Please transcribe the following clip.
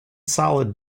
solid